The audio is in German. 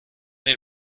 den